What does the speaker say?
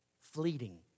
Fleeting